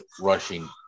rushing